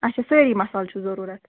اَچھا سٲری مصال چھُو ضروٗرت